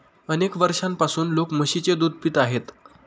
अनेक वर्षांपासून लोक म्हशीचे दूध पित आहेत